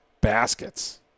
baskets